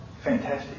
fantastic